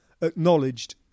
acknowledged